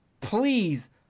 Please